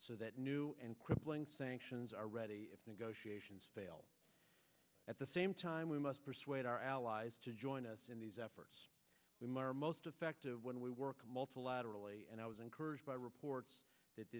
so that new and crippling sanctions are ready if negotiations fail at the same time we must persuade our allies to join us in these efforts to mar most effective when we work multilaterally and i was encouraged by reports that